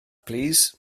plîs